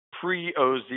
pre-OZ